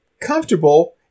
comfortable